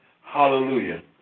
Hallelujah